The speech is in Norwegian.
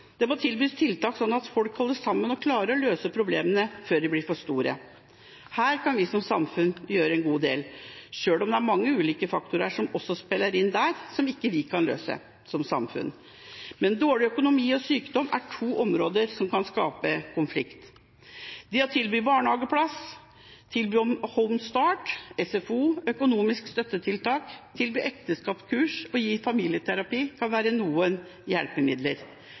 Det må tilbys tiltak slik at folk holder sammen og klarer å løse problemene før de blir for store. Her kan vi som samfunn gjøre en god del, selv om det er mange ulike faktorer som også spiller inn der, som ikke vi som samfunn kan løse. Men dårlig økonomi og sykdom er to områder som kan skape konflikt. Det å tilby barnehageplass, gi tilbud om Home-Start og SFO, gi økonomiske støttetiltak, tilby ekteskapskurs og gi familieterapi kan være noen hjelpemidler